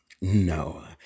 no